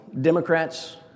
Democrats